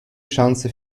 chance